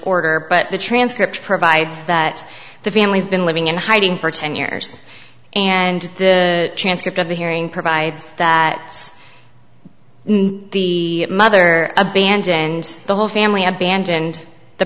order but the transcript provides that the family's been living in hiding for ten years and the transcript of the hearing provides that the mother abandoned the whole family abandoned